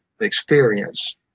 experience